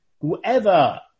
whoever